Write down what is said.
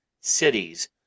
cities